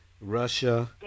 Russia